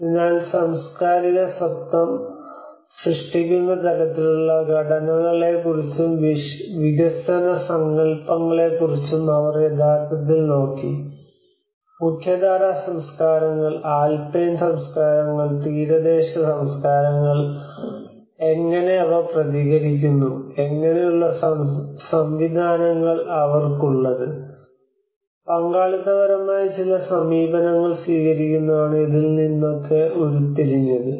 അതിനാൽ സാംസ്കാരിക സ്വത്വം സൃഷ്ടിക്കുന്ന തരത്തിലുള്ള ഘടനകളെക്കുറിച്ചും വികസന സങ്കൽപ്പങ്ങളെക്കുറിച്ചും അവർ യഥാർത്ഥത്തിൽ നോക്കി മുഖ്യധാരാ സംസ്കാരങ്ങൾ ആൽപൈൻ സംസ്കാരങ്ങൾ തീരദേശ സംസ്കാരങ്ങൾ എങ്ങനെ അവ പ്രതികരിക്കുന്നു എങ്ങനെയുള്ള സംവിധാനങ്ങൾ അവർക്കുള്ളത് പങ്കാളിത്തപരമായ ചില സമീപനങ്ങൾ സ്വീകരിക്കുന്നതാണ് ഇതിൽ നിന്നൊക്കെ ഉരുത്തിരിഞ്ഞത്